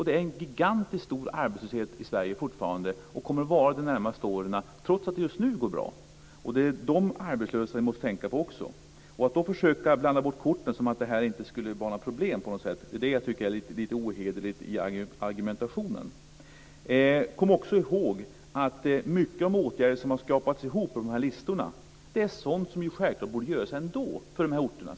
Det är en gigantiskt hög arbetslöshet i Sverige fortfarande och kommer att vara det de närmaste åren trots att det just nu går bra. Det är dessa arbetslösa som vi måste tänka på också. Att då försöka blanda bort korten som att det här inte skulle vara något problem på något sätt tycker jag är litet ohederligt i argumentationen. Kom också ihåg att många av de åtgärder som har skrapats ihop på de här listorna för dessa orter borde ha gjorts ändå.